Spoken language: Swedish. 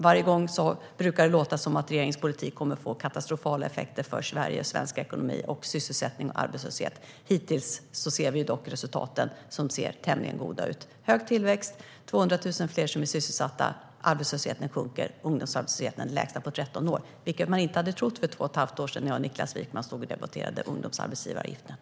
Varje gång brukar det låta som att regeringens politik kommer att få katastrofala effekter för Sverige, svensk ekonomi, sysselsättning och arbetslöshet. Hittills ser vi dock resultaten som ser tämligen goda ut. Vi har hög tillväxt, vi har 200 000 fler sysselsatta, arbetslösheten sjunker och ungdomsarbetslösheten är den lägsta på 13 år, vilket man inte hade trott för två och ett halvt år sedan när jag och Niklas Wykman stod och debatterade ungdomsarbetsgivaravgifterna.